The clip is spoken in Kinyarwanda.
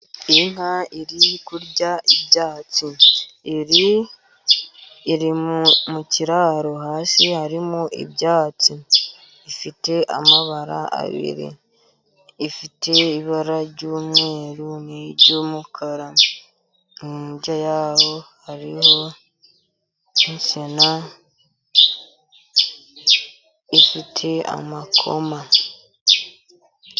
Iyi nka iri kurya ibyatsi, iri mu kiraro hasi harimo ibyatsi. Ifite amabara abiri, ifite ibara ry'umweru n' iry'umukara. Hirya yayo hariho insina ifite amakoma.